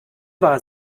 war